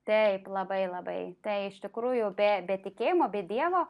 taip labai labai tai iš tikrųjų be be tikėjimo be dievo